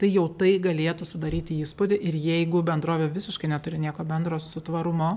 tai jau tai galėtų sudaryti įspūdį ir jeigu bendrovė visiškai neturi nieko bendro su tvarumu